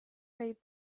bade